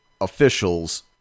officials